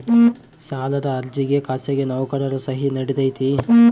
ಸಾಲದ ಅರ್ಜಿಗೆ ಖಾಸಗಿ ನೌಕರರ ಸಹಿ ನಡಿತೈತಿ?